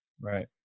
Right